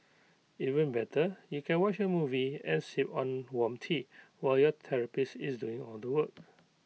even better you can watch A movie and sip on warm tea while your therapist is doing all the work